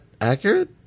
accurate